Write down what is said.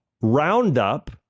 Roundup